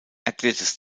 erklärtes